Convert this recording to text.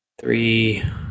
Three